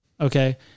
Okay